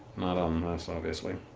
not on this obviously.